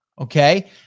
Okay